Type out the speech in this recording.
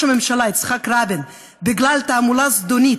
הממשלה יצחק רבין בגלל תעמולה זדונית,